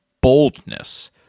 boldness—